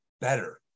better